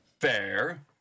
fair